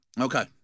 Okay